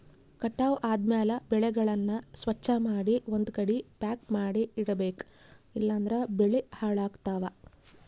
ಕಟಾವ್ ಆದ್ಮ್ಯಾಲ ಬೆಳೆಗಳನ್ನ ಸ್ವಚ್ಛಮಾಡಿ ಒಂದ್ಕಡಿ ಪ್ಯಾಕ್ ಮಾಡಿ ಇಡಬೇಕ್ ಇಲಂದ್ರ ಬೆಳಿ ಹಾಳಾಗ್ತವಾ